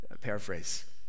paraphrase